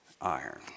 iron